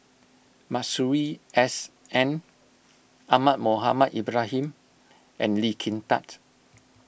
Masuri S N Ahmad Mohamed Ibrahim and Lee Kin Tat